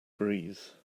breeze